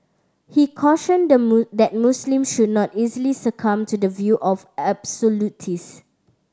he cautioned the that Muslim should not easily succumb to the view of absolutist